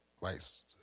right